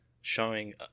showing